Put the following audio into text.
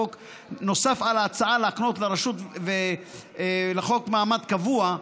נוסף על ההצעה להקנות לרשות ולחוק מעמד קבוע,